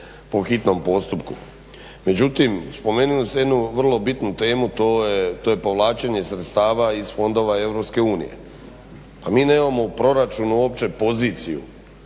po hitnom postupku. Međutim spomenuli ste jednu vrlo bitnu temu, to je povlačenje sredstava iz fondove Europske unije. Pa mi nemamo u proračunu uopće poziciju